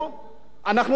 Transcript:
אנחנו דמוקרטיה,